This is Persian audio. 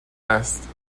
است